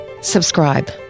subscribe